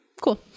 cool